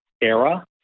era